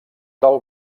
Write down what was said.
del